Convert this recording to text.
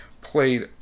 Played